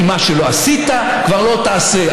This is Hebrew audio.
כי מה שלא עשית כבר לא תעשה.